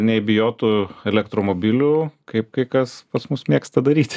nei bijot tų elektromobilių kaip kai kas pas mus mėgsta daryti